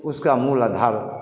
उसका मूल आधार